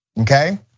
okay